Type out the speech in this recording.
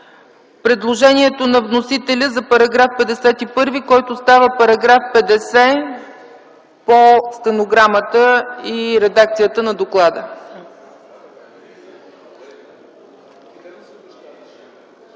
предложението на вносителя за § 51, който става § 50, по стенограмата и редакцията на доклада.